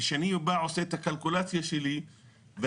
וכשאני בא ועושה את הקלקולציה שלי ועושה